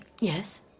Yes